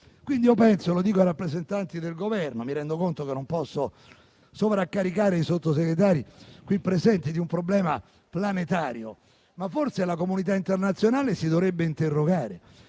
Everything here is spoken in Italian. ci sia confronto. Mi rivolgo ai rappresentanti del Governo, ma mi rendo conto di non poter sovraccaricare i Sottosegretari qui presenti di un problema planetario: penso che forse la comunità internazionale si dovrebbe interrogare.